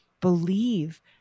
believe